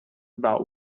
about